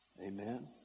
Amen